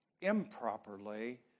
improperly